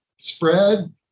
spread